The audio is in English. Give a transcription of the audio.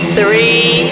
three